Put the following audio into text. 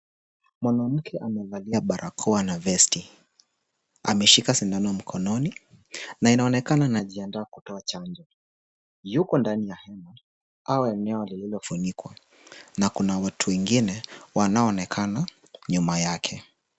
Mwanamkwe amevalia barakoa na vesti, ameshika sindano mkononi na inaonekana anajiandaa kutoa chanjo. Yuko ndani ya hema au eneo lililofunikwa na kuna watu wengine wanaoonekana nyuma yake.